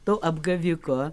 to apgaviko